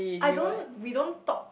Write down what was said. I don't we don't talk